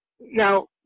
Now